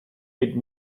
eight